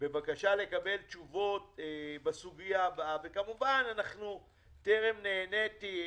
בבקשה לקבל תשובות בסוגיה, וכמובן, טרם נעניתי.